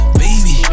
baby